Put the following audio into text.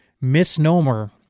misnomer